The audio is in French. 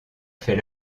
fait